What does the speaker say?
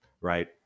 right